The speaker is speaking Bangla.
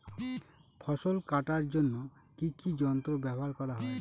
ফসল কাটার জন্য কি কি যন্ত্র ব্যাবহার করা হয়?